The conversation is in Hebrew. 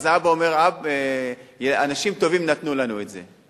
אז האבא אומר: אנשים טובים נתנו לנו את זה.